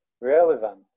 relevant